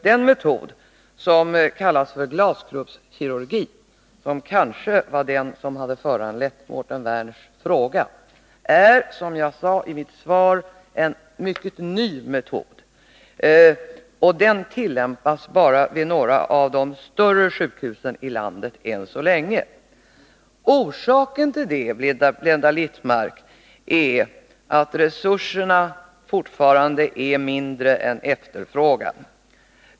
Den metod som kallas glaskroppskirurgi och som kanske är den som har föranlett Mårten Werners fråga är, som jag sade, en mycket ny metod. Den tillämpas ännu så länge bara vid några av de större sjukhusen i landet. Orsaken till det är, Blenda Littmarck, att resurserna fortfarande är mindre än vad som motsvaras av efterfrågan.